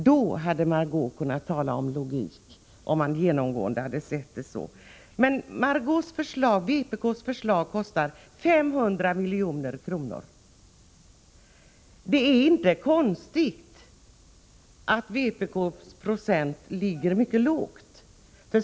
Om vpk genomgående hade sett problemet på det sättet hade Marg6ö Ingvardsson kunnat tala om logik. Vpk:s förslag kostar 500 milj.kr. Det är inte konstigt att vpk:s procent av väljarna är mycket låg.